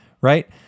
right